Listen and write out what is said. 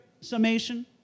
summation